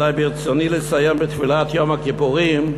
אז ברצוני לסיים בתפילת יום הכיפורים: